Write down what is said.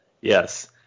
Yes